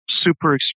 super